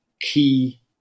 key